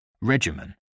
regimen